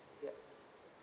ya